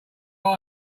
how